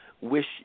Wish